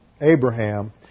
Abraham